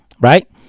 Right